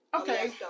Okay